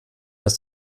dass